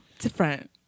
Different